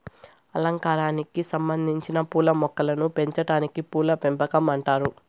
అలంకారానికి సంబందించిన పూల మొక్కలను పెంచాటాన్ని పూల పెంపకం అంటారు